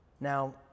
Now